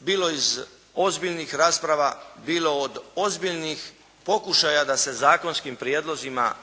bilo iz ozbiljnih rasprava bilo od ozbiljnih pokušaja da se zakonskim prijedlozima